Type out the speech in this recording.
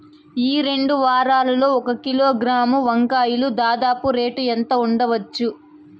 ఈ రెండు వారాల్లో ఒక కిలోగ్రాము వంకాయలు దాదాపు రేటు ఎంత ఉండచ్చు?